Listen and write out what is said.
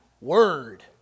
word